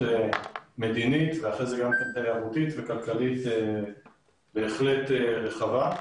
מדינית ואחר כך גם תיירותית וכלכלית בהחלט רחבה.